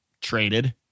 Traded